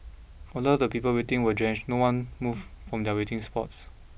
although the people waiting are drenched no one moved from their waiting spots